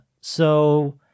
so-